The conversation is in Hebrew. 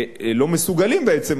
לא מסוגלים בעצם,